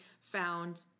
found